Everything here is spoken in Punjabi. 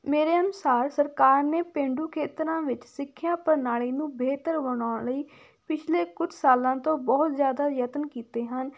ਮੇਰੇ ਅਨੁਸਾਰ ਸਰਕਾਰ ਨੇ ਪੇਂਡੂ ਖੇਤਰਾਂ ਵਿੱਚ ਸਿੱਖਿਆ ਪ੍ਰਣਾਲੀ ਨੂੰ ਬਿਹਤਰ ਬਣਾਉਣ ਲਈ ਪਿਛਲੇ ਕੁਛ ਸਾਲਾਂ ਤੋਂ ਬਹੁਤ ਜ਼ਿਆਦਾ ਯਤਨ ਕੀਤੇ ਹਨ